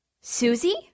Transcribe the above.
Susie